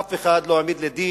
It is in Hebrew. אף אחד לא העמיד לדין.